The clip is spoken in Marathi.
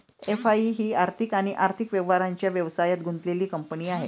एफ.आई ही आर्थिक आणि आर्थिक व्यवहारांच्या व्यवसायात गुंतलेली कंपनी आहे